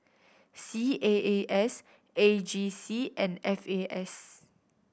C A A S A G C and F A S